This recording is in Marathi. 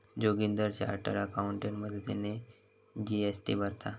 जोगिंदर चार्टर्ड अकाउंटेंट मदतीने जी.एस.टी भरता